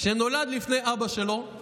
שנולד לפני אבא שלו, אדם,